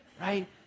right